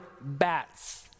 bats